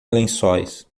lençóis